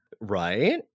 Right